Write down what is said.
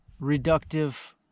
reductive